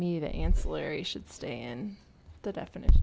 that ancillary should stay in the definition